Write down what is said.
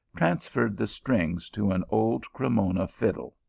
transferred the strings to an old cremona fiddle,